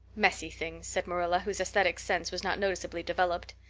messy things, said marilla, whose aesthetic sense was not noticeably developed.